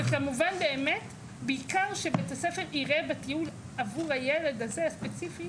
וכמובן באמת בעיקר שבית הספר יראה בטיול עבור הילד הזה הספציפי,